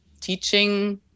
teaching